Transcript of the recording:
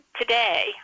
today